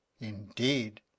Indeed